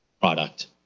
product